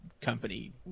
company